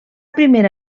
primera